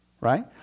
Right